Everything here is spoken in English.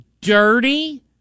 dirty